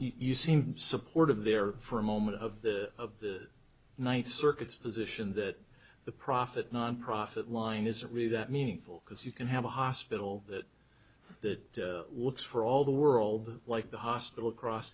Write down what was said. your you seem to support of there for a moment of the of the night circuits position that the profit non profit line isn't really that meaningful because you can have a hospital that looks for all the world like the hospital across